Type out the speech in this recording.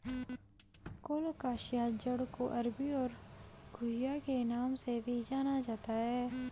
colocasia जड़ को अरबी और घुइआ के नाम से भी जाना जाता है